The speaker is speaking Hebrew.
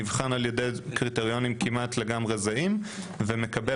נבחן על ידי קריטריונים כמעט לגמרי זהים ומקבל